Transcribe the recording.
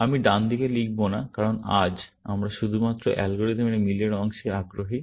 আমি ডান দিকে লিখব না কারণ আজ আমরা শুধুমাত্র অ্যালগরিদমের মিলের অংশে আগ্রহী